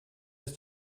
ist